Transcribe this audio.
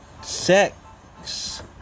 sex